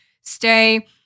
stay